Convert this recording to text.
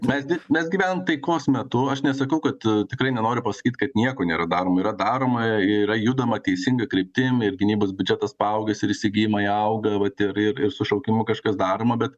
mes dirbt mes gyvenam taikos metu aš nesakau kad tikrai nenoriu pasakyt kad nieko nėra daroma yra daroma yra judama teisinga kryptim ir gynybos biudžetas paaugęs ir įsigijimai auga vat ir ir ir su šaukimu kažkas daroma bet